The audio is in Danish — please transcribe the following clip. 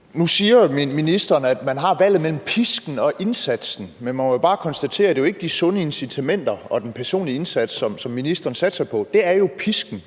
Nu siger ministeren, at man har valget mellem pisken og indsatsen, men man må bare konstatere, at det jo ikke er de sunde incitamenter og den personlige indsats, som ministeren satser på; det er jo pisken;